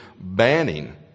banning